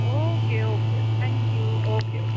okay okay thank you okay okay